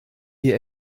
die